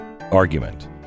argument